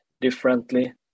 differently